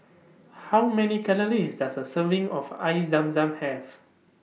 How Many Calories Does A Serving of Air Zam Zam Have